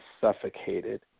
suffocated